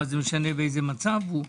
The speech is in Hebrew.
מה זה משנה באיזה מצב הוא.